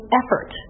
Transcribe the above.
effort